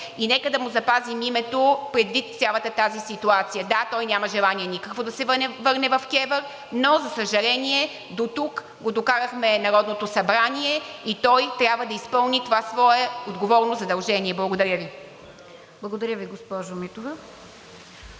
Нека да му запазим името предвид цялата тази ситуация. Да, той няма никакво желание да се върне в КЕВР, но за съжаление, дотук го докарахме Народното събрание и той трябва да изпълни това свое отговорно задължение. Благодаря Ви. ПРЕДСЕДАТЕЛ РОСИЦА КИРОВА: